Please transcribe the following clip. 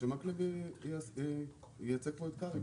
שמקלב ייצג פה את קרעי.